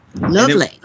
Lovely